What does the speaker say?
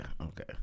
okay